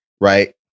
right